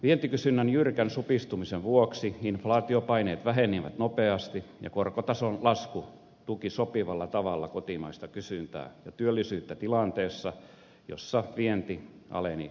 vientikysynnän jyrkän supistumisen vuoksi inflaatiopaineet vähenivät nopeasti ja korkotason lasku tuki sopivalla tavalla kotimaista kysyntää ja työllisyyttä tilanteessa jossa vienti aleni romahdusmaisesti